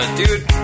Dude